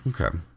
Okay